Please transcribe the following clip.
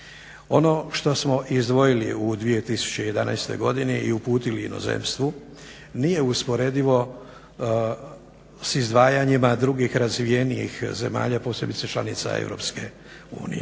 Ono što smo izdvojili u 2011.godini i uputili inozemstvu nije usporedivo s izdvajanjima drugih razvijenijih zemalja posebice članica EU.